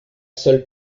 seule